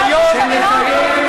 אתם מנהלים